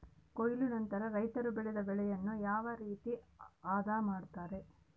ಕೊಯ್ಲು ನಂತರ ರೈತರು ಬೆಳೆದ ಬೆಳೆಯನ್ನು ಯಾವ ರೇತಿ ಆದ ಮಾಡ್ತಾರೆ?